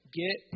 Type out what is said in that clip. get